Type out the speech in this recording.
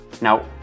Now